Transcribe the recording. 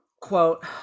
quote